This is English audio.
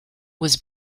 was